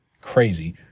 crazy